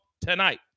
tonight